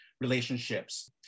relationships